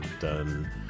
done